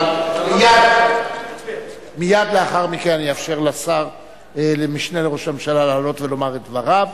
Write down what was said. מייד לאחר מכן אאפשר למשנה לראש הממשלה לעלות ולומר את דבריו.